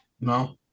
No